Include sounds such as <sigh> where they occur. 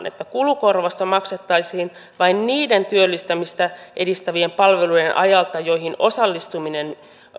<unintelligible> että kulukorvausta maksettaisiin vain niiden työllistämistä edistävien palvelujen ajalta joihin osallistuminen